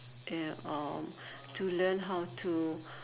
ya or to learn how to